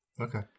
Okay